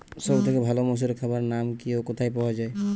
সব থেকে ভালো মোষের খাবার নাম কি ও কোথায় পাওয়া যায়?